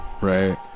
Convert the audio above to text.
right